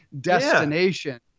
destination